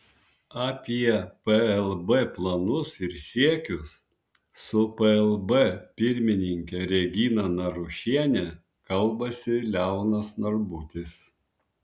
apie plb planus ir siekius su plb pirmininke regina narušiene kalbasi leonas narbutis